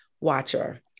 watcher